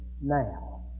now